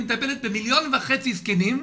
היא מטפלת במיליון וחצי זקנים,